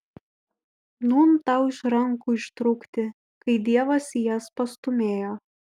nūn tau iš rankų ištrūkti kai dievas į jas pastūmėjo